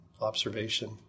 observation